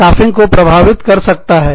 staffing को प्रभावित कर सकता है